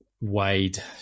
Wade